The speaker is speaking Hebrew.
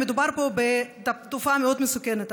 מדובר פה בתופעה מאוד מסוכנת,